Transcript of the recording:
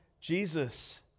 jesus